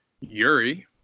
Yuri